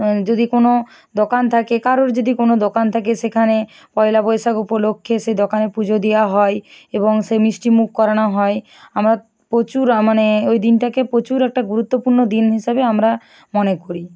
যদি কোনও দোকান থাকে কারোর যদি কোনও দোকান থাকে সেখানে পয়লা বৈশাখ উপলক্ষে সেই দোকানে পুজো দেওয়া হয় এবং সেই মিষ্টিমুখ করানো হয় আমরা প্রচুর মানে ওই দিনটাকে প্রচুর একটা গুরুত্বপূর্ণ দিন হিসাবে আমরা মনে করি